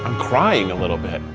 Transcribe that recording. crying a little bit.